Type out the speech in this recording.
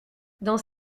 dans